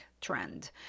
trend